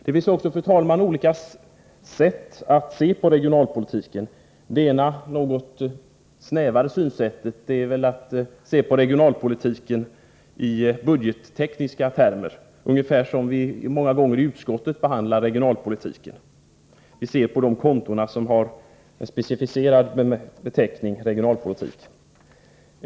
Det finns även, fru talman, olika sätt att se på regionalpolitiken. Det ena, något snävare, synsättet innebär att man ser på regionalpolitiken i budgettekniska termer, ungefär som vi många gånger i utskottet behandlar regionalpolitiken. Vi ser på de konton som har den specificerade beteckningen regionalpolitik.